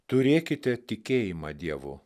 turėkite tikėjimą dievu